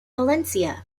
valencia